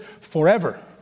forever